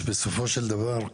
בסופו של דבר,